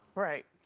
right,